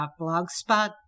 blogspot